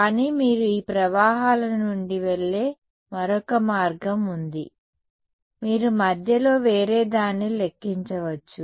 కానీ మీరు ఈ ప్రవాహాల నుండి వెళ్ళే మరొక మార్గం ఉంది మీరు మధ్యలో వేరేదాన్ని లెక్కించవచ్చు